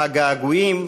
הגעגועים,